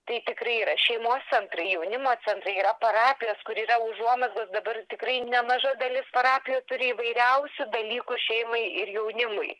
tai tikrai yra šeimos centrai jaunimo centrai yra parapijos kur yra užuomazgos dabar tikrai nemaža dalis parapijų turi įvairiausių dalykų šeimai ir jaunimui